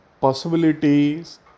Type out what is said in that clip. possibilities